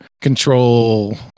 control